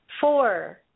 four